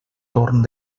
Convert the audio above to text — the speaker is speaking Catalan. torn